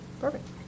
Perfect